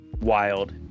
Wild